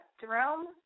Jerome